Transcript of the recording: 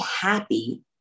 happy